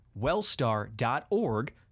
wellstar.org